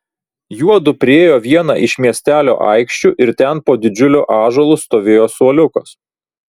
juodu priėjo vieną iš miestelio aikščių ir ten po didžiuliu ąžuolu stovėjo suoliukas